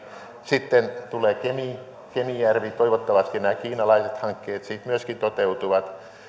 sitten tulee kemi kemijärvi toivottavasti nämä kiinalaiset hankkeet sitten myöskin toteutuvat